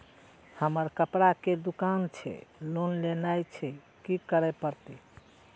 हमर कपड़ा के दुकान छे लोन लेनाय छै की करे परतै?